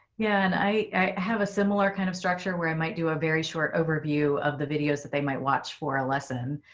yeah and i have a similar kind of structure where i might do a very short overview of the videos that they might watch for a lesson,